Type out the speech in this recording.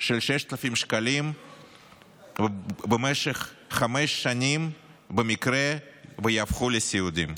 של 6,000 שקלים במשך חמש שנים במקרה שיהפכו לסיעודיים.